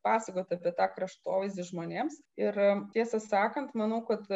pasakot apie tą kraštovaizdį žmonėms ir tiesą sakant manau kad